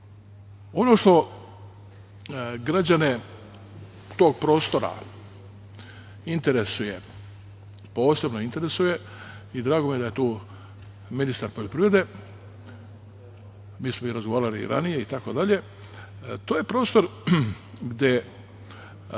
što građane tog prostora interesuje, posebno interesuje, i drago mi je da je tu ministar poljoprivrede, mi smo razgovarali i ranije, to je prostor gde